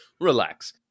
relax